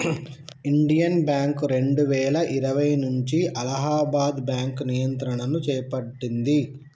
Indian bank రెండువేల ఇరవై నుంచి అలహాబాద్ బ్యాంకు నియంత్రణను చేపట్టింది